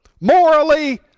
Morally